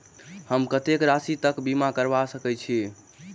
हम कत्तेक राशि तकक बीमा करबा सकै छी?